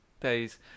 days